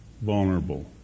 vulnerable